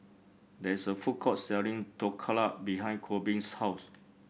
there is a food court selling Dhokla behind Korbin's house